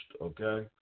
okay